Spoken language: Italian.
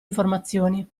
informazioni